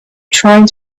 trying